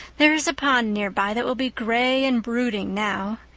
there is a pond nearby that will be gray and brooding now.